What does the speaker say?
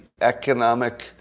economic